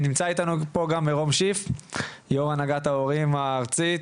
נמצא אתנו מרום שיף, יו"ר הנהגת ההורים הארצית,